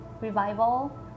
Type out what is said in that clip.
Revival